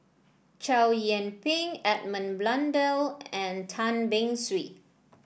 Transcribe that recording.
Chow Yian Ping Edmund Blundell and Tan Beng Swee